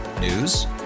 News